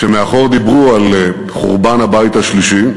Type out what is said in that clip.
כשמאחור דיברו על חורבן הבית השלישי,